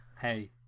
hey